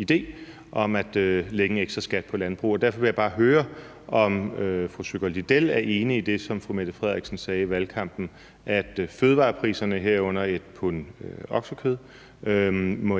idéen om at lægge en ekstra skat på landbruget. Derfor vil jeg bare høre, om fru Linea Søgaard-Lidell er enig i det, som statsministeren sagde i valgkampen om, at fødevarepriserne, herunder et pund oksekød,